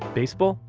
baseball?